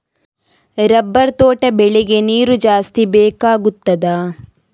Rubber ತೋಟ ಬೆಳೆಗೆ ನೀರು ಜಾಸ್ತಿ ಬೇಕಾಗುತ್ತದಾ?